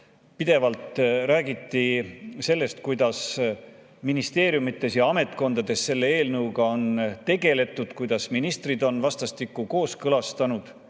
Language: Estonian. pidevalt rääkis sellest, kuidas ministeeriumides ja ametkondades on selle eelnõuga tegeletud, kuidas ministrid on seda vastastikku kooskõlastanud.